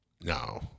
No